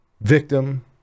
victim